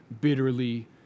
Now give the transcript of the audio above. bitterly